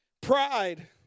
pride